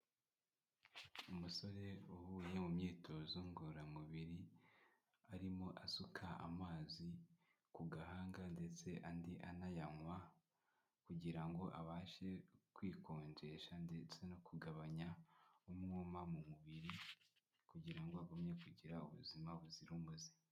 Umusore uvuye mu myitozo ngororamubiri arimo asuka amazi ku gahanga ndetse andi anayanywa kugira ngo abashe kwikonjesha ndetse no kugabanya umwuma mu mubiri kugira ngo agumye kugira ubuzima buzira umuze.